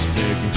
big